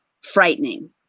frightening